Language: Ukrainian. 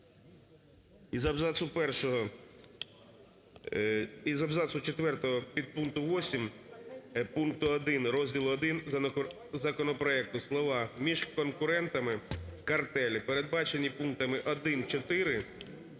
Із абзацу 4 підпункту 8 пункту 1 розділу І законопроекту слова "між конкурентами картелі, передбачені пунктами 1, 4